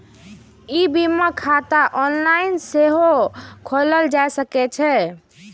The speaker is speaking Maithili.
ई बीमा खाता ऑनलाइन सेहो खोलाएल जा सकैए